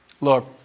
Look